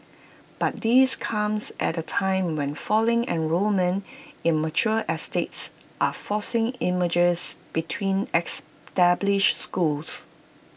but this comes at A time when falling enrolment in mature estates are forcing mergers between established schools